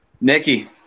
nikki